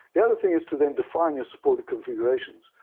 the other thing is to then define your supported configurations.